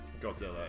Godzilla